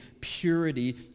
purity